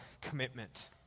commitment